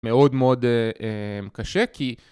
מאוד מאוד קשה, כי...